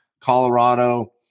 Colorado